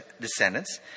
descendants